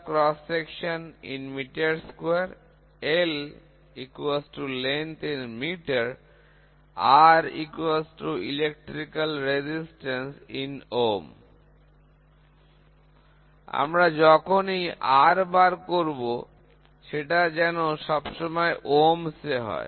m Ac প্রস্থচ্ছেদের ক্ষেত্রফল L দৈর্ঘ্য R বৈদ্যুতিক প্রতিরোধ Ω আমরা যখনই R বার করব সেটা যেন সব সময় ohms এ হয়